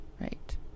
right